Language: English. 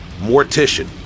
Mortician